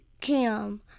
cam –